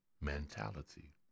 mentality